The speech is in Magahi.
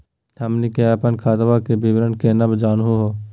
हमनी के अपन खतवा के विवरण केना जानहु हो?